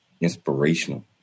inspirational